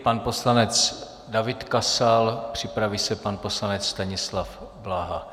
Pan poslanec David Kasal, připraví se pan poslanec Stanislav Blaha.